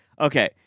Okay